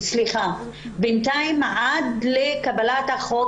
עד לקבלת החוק,